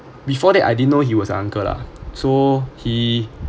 before that I didn't know he was a uncle lah so he